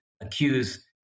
accuse